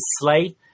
Sleigh